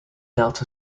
dealt